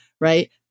right